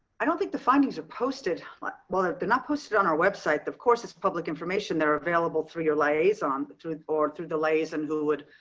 i don't think the findings are posted like but not posted on our website. of course it's public information they're available through your liaison between or through the liaison who would